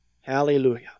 Hallelujah